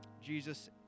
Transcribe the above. Jesus